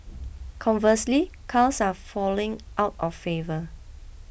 conversely cars are falling out of favour